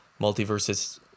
multiverses